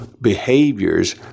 behaviors